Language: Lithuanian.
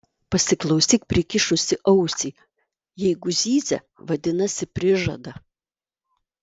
pasiklausyk prikišusi ausį jeigu zyzia vadinasi prižada